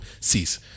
cease